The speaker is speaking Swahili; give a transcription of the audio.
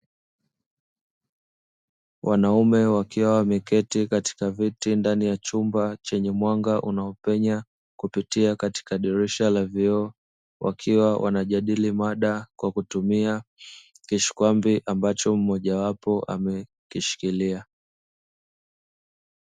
Wanaume wakiwa wameketi katika viti ndani ya chumba chenye mwanga unaopenya kupitia katika dirisha la vioo, wakiwa wanajadili mada kwa kutumia kishikwambi ambacho mmojawapo amekishikilia.